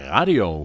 Radio